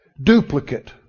duplicate